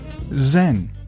Zen